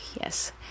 yes